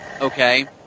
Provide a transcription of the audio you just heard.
okay